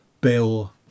Bill